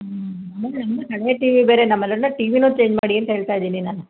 ನಮ್ಮದು ಹಳೆಯ ಟಿವಿ ಬೇರೆ ನಮ್ಮ ಮನೆಯವ್ರ್ನ ಟಿ ವಿನೂ ಚೇಂಜ್ ಮಾಡಿ ಅಂತ ಹೇಳ್ತಾ ಇದ್ದೀನಿ ನಾನು